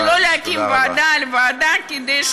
אבל לא להקים ועדה על ועדה כדי,